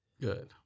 Good